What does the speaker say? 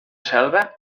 selva